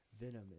venom